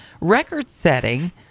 record-setting